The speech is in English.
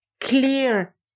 clear